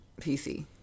PC